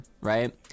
right